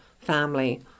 family